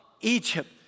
Egypt